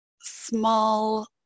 small